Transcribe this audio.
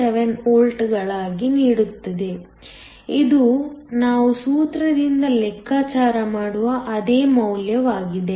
78 ವೋಲ್ಟ್ಗಳಾಗಿ ನೀಡುತ್ತದೆ ಇದು ನಾವು ಸೂತ್ರದಿಂದ ಲೆಕ್ಕಾಚಾರ ಮಾಡುವ ಅದೇ ಮೌಲ್ಯವಾಗಿದೆ